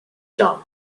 charm